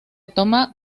toman